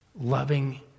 loving